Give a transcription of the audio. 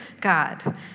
God